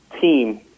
team